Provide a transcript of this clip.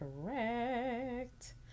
correct